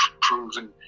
proven